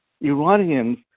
Iranians